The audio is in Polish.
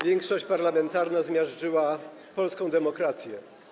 Większość parlamentarna zmiażdżyła polską demokrację.